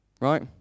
right